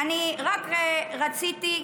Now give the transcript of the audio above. רק רציתי,